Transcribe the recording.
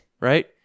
Right